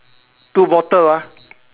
two bottle ah